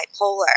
bipolar